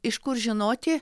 iš kur žinoti